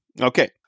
Okay